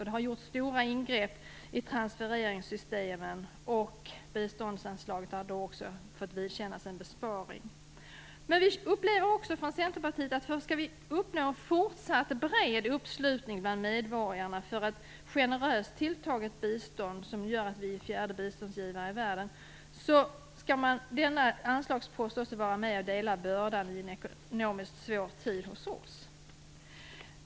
Det har gjorts stora ingrepp i transfereringssystemen, och också biståndsanslaget har då fått vidkännas en besparing. I Centern menar vi att om vi även i fortsättningen skall uppnå en bred uppslutning bland medborgarna för ett generöst tilltaget bistånd som gör oss till fjärde största biståndsgivare i världen, då skall också denna anslagspost vara med och dela bördan i en för oss ekonomiskt svår tid.